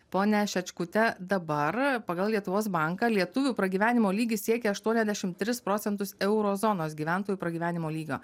pone šečkute dabar pagal lietuvos banką lietuvių pragyvenimo lygis siekia aštuoniasdešimt trys procentus euro zonos gyventojų pragyvenimo lygio